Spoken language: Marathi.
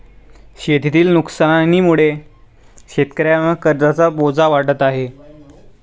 शेतीतील नुकसानीमुळे शेतकऱ्यांवर कर्जाचा बोजा वाढत आहे